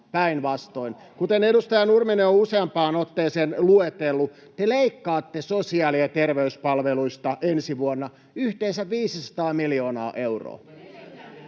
päinvastoin. Kuten edustaja Nurminen on useampaan otteeseen luetellut, te leikkaatte sosiaali- ja terveyspalveluista ensi vuonna yhteensä 500 miljoonaa euroa.